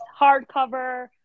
hardcover